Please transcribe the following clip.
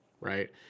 right